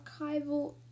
archival